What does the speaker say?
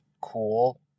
cool